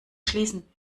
schließen